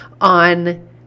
on